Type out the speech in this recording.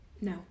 No